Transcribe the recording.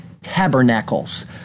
Tabernacles